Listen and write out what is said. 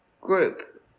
group